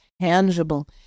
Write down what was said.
tangible